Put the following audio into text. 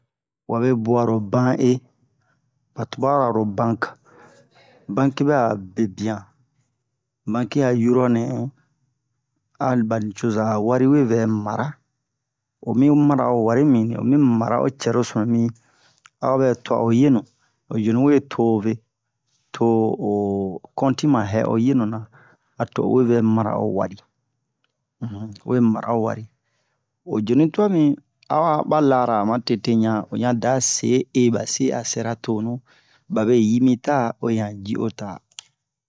Wabe bwara lo ban'e ba tubara lo bank banki bɛ'a bebian banki a huronɛ a bani coza wari we vɛ mara omi mara o wari mi o mi mara o cɛrosunu a'o bɛ twa o jenu o jenu we to ve to o conti ma hɛ'o jenuna a to o we vɛ mara o wari o we mara o wari o jenu yi twa mi a'o aba lara'a ma tete ɲa o ɲa da se he ba se a sɛra tonu babe yi mita uwe yan yi o ta